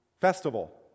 festival